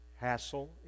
hassle